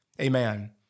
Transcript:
Amen